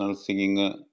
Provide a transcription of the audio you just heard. singing